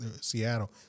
Seattle